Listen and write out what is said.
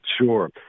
Sure